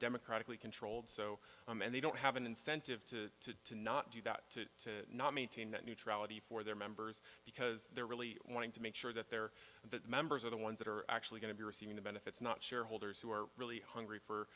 democratically controlled so and they don't have an incentive to not do that to to not maintain net neutrality for their members because they're really wanting to make sure that they're that members are the ones that are actually going to be receiving the benefits not shareholders who are really hungry for